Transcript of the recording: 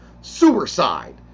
Suicide